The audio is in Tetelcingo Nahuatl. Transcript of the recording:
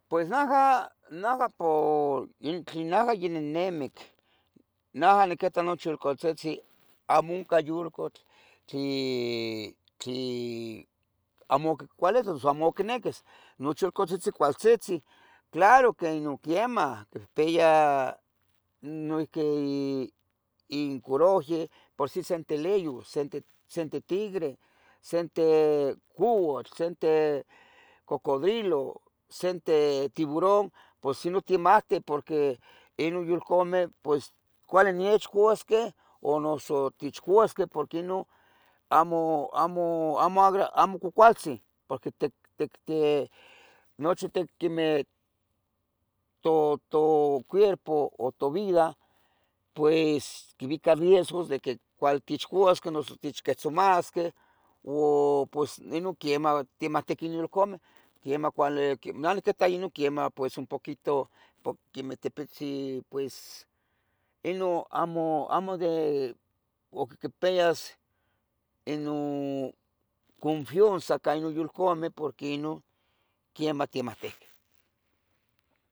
Bueno, nicu ca tehua titlacatqueh ca tehua tichahchantih uxa, quichiua miac xibitl yopanoc, ca miac yoyaya ipameh, tlacuatzitzi, chachalomeh, urones, couameh, oyahyayac, uxa pos oyabeh ya behca mo monextiyah, yaha columeh, cien pies, pero casi acmo unca non yulcatzitzi porque yoquimihmictihqueh porque yaca miacten chachantigua, a, necah utiempo amo iyayah calte, amo iyaya giente, uxa quiemah yuncah giente, pues nochi yulcatzitzi, ye, ye yayabeh porque amo amo yehua quimahmati cuali yulcatzitzi cahsi senteh giente, acuilo quimpias nos acocuili yesqui yehua porque yehua quinequih maicu quemeh insehsiel ua tehua ta noihqui tehua amo itniquih ompa mai senteh couatl, noso mai senteh colutl, pos tlen ticchiba tla tiquitah culutl ticmictisqueh, o tla tiquitah senteh couatl noyihqui, tos tlen quichiua yulcameh mejor mocaltechoua yabi moxona ca tec otlacmeh o noso mohoyana cacaltencu, porque tla tiquimitasqueh nicu pos seguro tiquin pos tiquin mihmictisqueh noso tiquimacasqueh ica timeh ua yehua yulcatzitzi, porque yulcatzitzi quimahmati cuali que acuili isqui totzolah